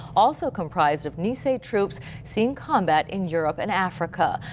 also comprised of nisei troops seeing combat in europe and africa.